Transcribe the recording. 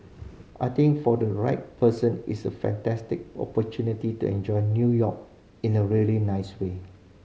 I think for the right person it's a fantastic opportunity to enjoy New York in a really nice way